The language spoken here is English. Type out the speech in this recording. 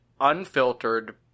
unfiltered